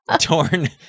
torn